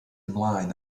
ymlaen